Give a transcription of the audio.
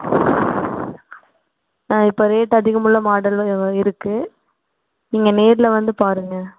ஆ இப்போ ரேட் அதிகமுள்ள மாடலும் இருக்கு நீங்கள் நேரில் வந்து பாருங்கள்